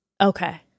Okay